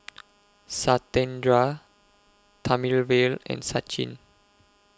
Satyendra Thamizhavel and Sachin